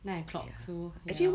nine o'clock so ya lor